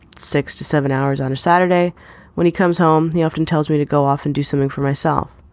six to seven hours on a saturday when he comes home. he often tells me to go off and do something for myself.